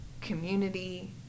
community